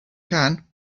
can